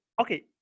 Okay